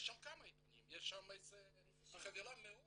יש שם כמה עיתונים יש שם חבילה מאוד